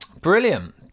brilliant